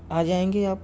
آ جائیں گے آپ